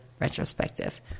retrospective